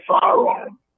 firearm